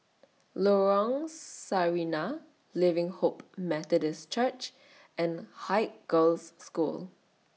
Lorong Sarina Living Hope Methodist Church and Haig Girls' School